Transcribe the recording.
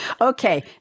Okay